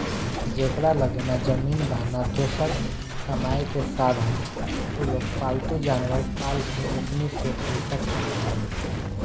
जेकरा लगे ना जमीन बा, ना दोसर कामायेके साधन उलोग पालतू जानवर पाल के ओकनी से पईसा कमाले